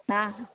ହଁ